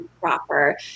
proper